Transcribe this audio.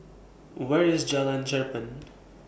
Where IS Jalan Cherpen